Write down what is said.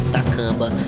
Takamba